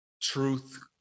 truth